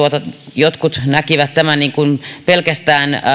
jotkut näkivät tämän pelkästään